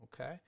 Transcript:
okay